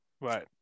Right